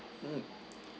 mm